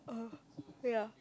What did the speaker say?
uh yeah